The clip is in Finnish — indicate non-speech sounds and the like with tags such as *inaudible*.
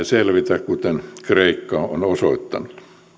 *unintelligible* selvitä kuten kreikka on osoittanut